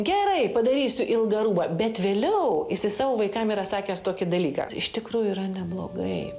gerai padarysiu ilgą rūbą bet vėliau jisai savo vaikam yra sakęs tokį dalyką iš tikrųjų yra neblogai